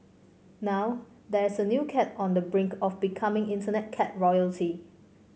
now there is a new cat on the brink of becoming Internet cat royalty